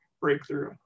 breakthrough